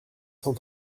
cent